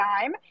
time